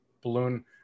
balloon